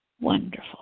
Wonderful